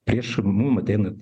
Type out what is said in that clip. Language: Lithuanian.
prieš mum ateinant